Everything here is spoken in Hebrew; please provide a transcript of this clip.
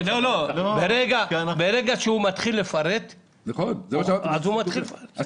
כשהוא מתחיל לפרט אז צריך לפרט.